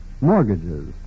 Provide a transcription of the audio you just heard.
mortgages